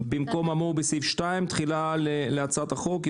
במקום האמור בסעיף 2 תחילה להצעת החוק.